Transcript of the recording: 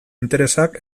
interesak